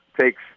takes